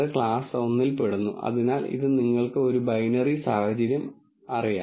ഈ ചോദ്യങ്ങൾ യഥാർത്ഥത്തിൽ ഏത് തരത്തിലുള്ള നോൺ ലീനിയർ ഫംഗ്ഷൻ ഉപയോഗിക്കണം എന്നതുമായി ബന്ധപ്പെട്ടിരിക്കുന്നു